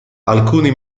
alcuni